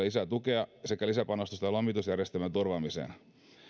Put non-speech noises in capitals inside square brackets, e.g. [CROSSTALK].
[UNINTELLIGIBLE] lisää tukea sekä lisäpanostusta lomitusjärjestelmän turvaamiseen